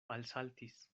alsaltis